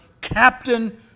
captain